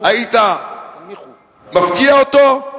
היית מפקיע אותו?